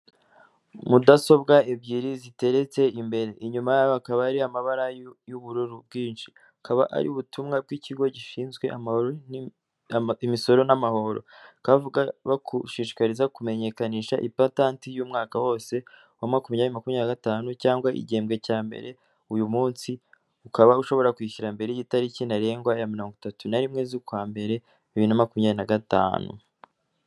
Mudasobwa ebyiri ziteretse imbere,, inyuma hakaba hari amabara y'ubururu bwinshi akaba ari ubutumwa bw'ikigo gishinzwe amahoro, imisoro n'amahoro bakaba baguga bagushishikariza kumenyekanisha ipatanti y'umwaka wose wa makumyabiri makumyabiri na gatanu cyangwa igihembwe cya mbere uyu munsi ukaba ushobora kwishyura mbere y'itariki ntarengwa ya mirongo itatu na rimwe z'ukwa mbere bibiri na makumyabiri nagatanu.